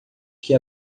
que